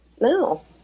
No